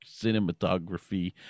cinematography